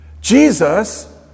Jesus